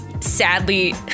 Sadly